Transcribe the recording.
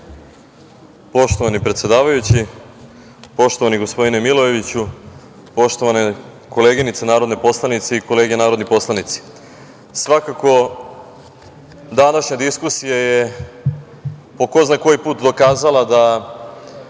Poštovani predsedavajući, poštovani gospodine Milojeviću, poštovane koleginice narodne poslanice i kolege narodni poslanici, svakako današnja diskusija je po ko zna koji put dokazala da